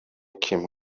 kim